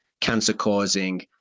cancer-causing